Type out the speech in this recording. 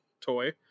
toy